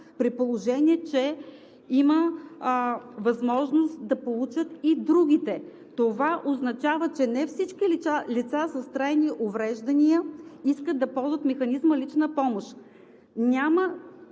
при положение че има възможност да получат и другите. Това означава, че не всички лица с трайни увреждания искат да ползват механизма „лична помощ“. Няма